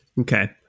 Okay